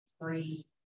free